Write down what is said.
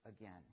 again